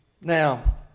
Now